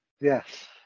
Yes